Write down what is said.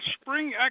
spring